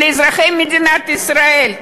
לאזרחי מדינת ישראל.